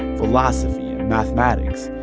philosophy and mathematics.